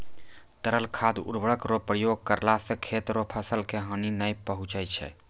तरल खाद उर्वरक रो प्रयोग करला से खेत रो फसल के हानी नै पहुँचय छै